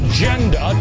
Agenda